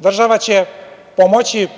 država će pomoći